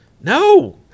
No